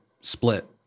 split